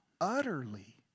utterly